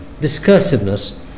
discursiveness